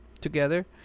together